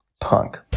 Punk